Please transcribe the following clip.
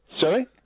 Sorry